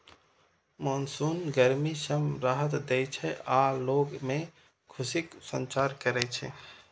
monsoon गर्मी सं राहत दै छै आ लोग मे खुशीक संचार करै छै